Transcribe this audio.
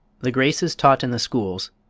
the graces taught in the schools,